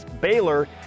Baylor